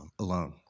alone